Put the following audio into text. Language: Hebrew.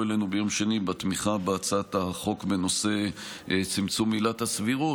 אלינו ביום שני בתמיכה בהצעת החוק בנושא צמצום עילת הסבירות,